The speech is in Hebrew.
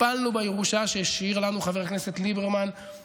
טיפלנו בירושה שהשאיר לנו חבר הכנסת ליברמן,